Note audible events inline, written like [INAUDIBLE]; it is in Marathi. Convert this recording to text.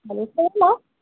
[UNINTELLIGIBLE]